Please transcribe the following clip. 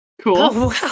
Cool